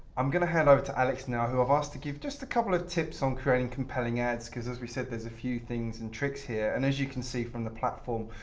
i'm going to hand over to alex now who i've asked to give just a couple of tips on creating compelling ads because, as we said, there's a few things and tricks here. and as you can see from the platform,